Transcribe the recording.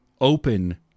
open